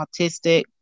autistic